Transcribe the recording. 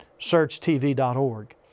searchtv.org